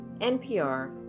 NPR